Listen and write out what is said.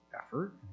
effort